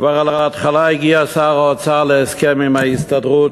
כבר על ההתחלה הגיע שר האוצר להסכם עם ההסתדרות,